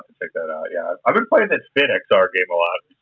to check that out, yeah. i've been playing that spin and xr game a lot.